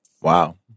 Wow